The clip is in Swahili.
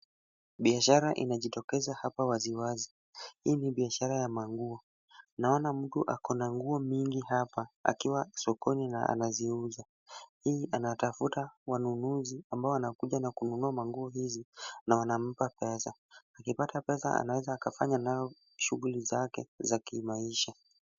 Biashara inajitokeza hapa wazi wazi. Hii ni biashara ya manguo. Naona mtu ako na manguo nyingi hapa, akiwa sokoni na anaziuza. Hii anatafuta wanunuzi ambao wanakuja an kununua manguo hizi na wanampa pesa. Akipata pesa anaweza akafanya nayo shughuli zake za kimaisha.